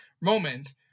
moment